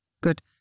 good